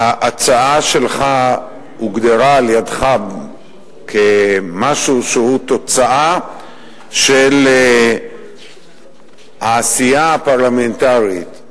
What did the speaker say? ההצעה שלך הוגדרה על-ידך כמשהו שהוא תוצאה של העשייה הפרלמנטרית,